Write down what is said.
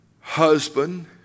husband